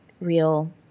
real